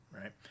right